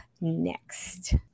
next